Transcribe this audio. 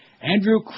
Andrew